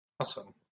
Awesome